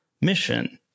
mission